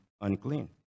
unclean